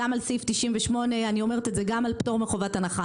גם על סעיף 98 ואני אומרת את זה גם על פטור מחובת הנחה.